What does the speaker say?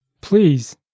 Please